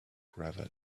gravel